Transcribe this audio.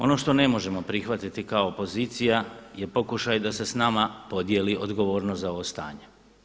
Ono što ne možemo prihvati kao opozicija je pokušaj da se s nama podijeli odgovornost za ovo stanje.